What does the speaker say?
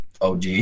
OG